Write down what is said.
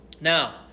now